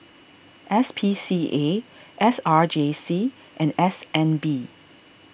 S P C A S R J C and S N B